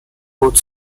both